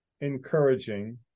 encouraging